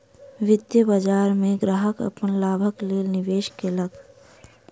वित्तीय बाजार में ग्राहक अपन लाभक लेल निवेश केलक